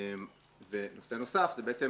נושא נוסף, זה בעצם